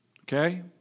Okay